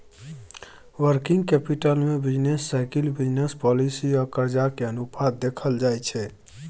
working capital में business cycle, business policy आ कर्जा के अनुपातो देखल जाइ छइ